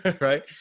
right